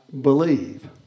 believe